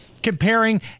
comparing